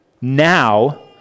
now